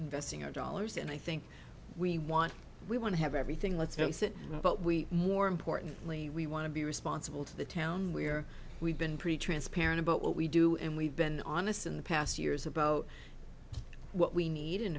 investing our dollars and i think we want we want to have everything let's don't sit but we more importantly we want to be responsible to the town where we've been pretty transparent about what we do and we've been honest in the past years about what we need and